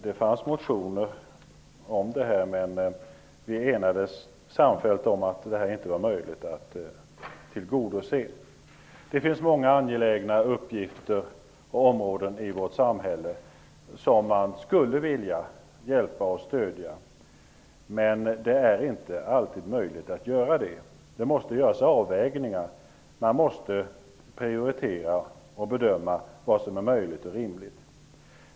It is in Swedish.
Det fanns motioner om det här, men vi enades samfällt om att detta inte var möjligt att tillgodose. Det finns många angelägna uppgifter och områden i vårt samhälle, som man skulle vilja hjälpa och stödja, men det är inte alltid möjligt att göra det. Det måste göras avvägningar. Man måste prioritera och bedöma vad som är möjligt och rimligt.